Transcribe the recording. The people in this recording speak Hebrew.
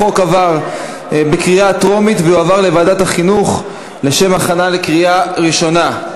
החוק עבר בקריאה טרומית ויועבר לוועדת החינוך לשם הכנה לקריאה ראשונה.